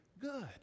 good